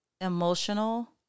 emotional